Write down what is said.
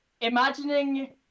Imagining